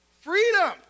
freedom